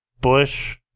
Bush